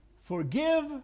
Forgive